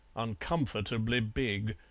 uncomfortably big.